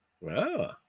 Wow